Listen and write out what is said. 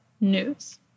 news